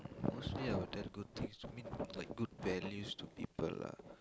mostly I will tell good things I mean like good values to people lah